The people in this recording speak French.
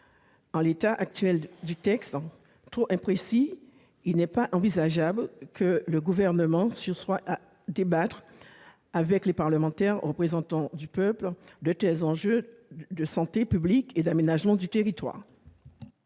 En l'état actuel du texte, trop imprécis, il n'est pas envisageable que le Gouvernement sursoie à débattre avec les parlementaires, représentants du peuple, de tels enjeux de santé publique et d'aménagement du territoire.